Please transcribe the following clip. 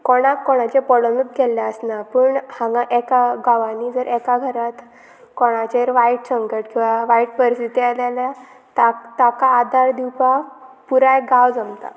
कोणाक कोणाचेर पडनूच गेल्ले आसना पूण हांगा एका गांवांनी जर एका घरांत कोणाचेर वायट संकट किंवां वायट परिस्थिती आल्या जाल्यार ताका ताका आदार दिवपाक पुराय गांव जमता